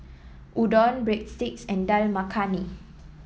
Udon Breadsticks and Dal Makhani